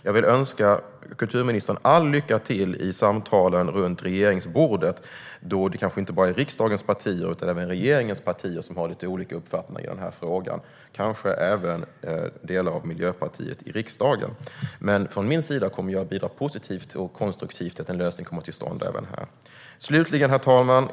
Jag vill önska kulturministern all lycka i samtalen runt regeringsbordet, då det kanske inte bara är riksdagens partier utan även regeringens partier som har lite olika uppfattningar i frågan - det kanske även gäller delar av Miljöpartiet i riksdagen. Men jag kommer att bidra positivt och konstruktivt till att en lösning kommer till stånd även här. Herr talman!